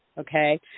Okay